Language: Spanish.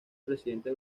presidente